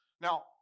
Now